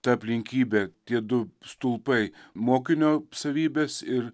ta aplinkybė tie du stulpai mokinio savybės ir